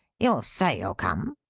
you'll say you'll come?